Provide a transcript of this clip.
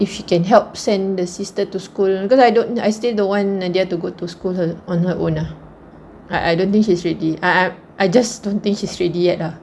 if she can help send the sister to school because I don't know I still don't want their to go to school on her own ah I don't think she's ready I I just don't think she's ready yet ah